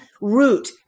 root